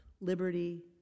liberty